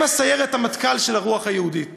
הם סיירת המטכ"ל של הרוח היהודית